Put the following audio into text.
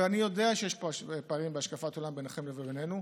ואני יודע שיש פערים בהשקפת העולם ביניכם לבינינו,